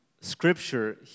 Scripture